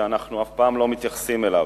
שאנחנו אף פעם לא מתייחסים אליו,